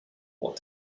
what